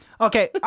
Okay